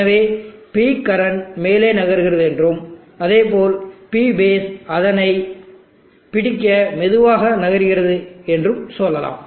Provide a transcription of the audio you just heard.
எனவே P current மேலே நகர்கிறது என்றும் அதேபோல் P பேஸ் அதனை பிடிக்க மெதுவாக நகர்கிறது என்றும் சொல்லலாம்